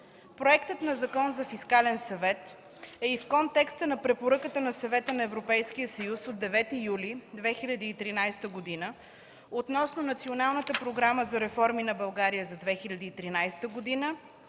Проектът на Закон за фискален съвет е и в контекста на препоръката на Съвета на Европейския съюз от 9 юли 2013 г. относно Националната програма за реформи на България за 2013 г.